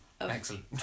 excellent